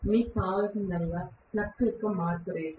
మీకు కావలసిందల్లా ఫ్లక్స్ యొక్క మార్పు రేటు